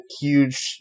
huge